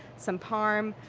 some parmesan,